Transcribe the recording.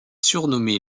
surnommé